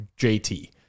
JT